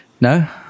No